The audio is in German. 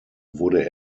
wurde